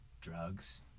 Drugs